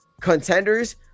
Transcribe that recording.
contenders